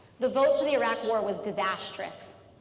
the vote for the iraq war was disastrous.